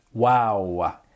Wow